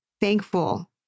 thankful